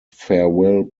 farewell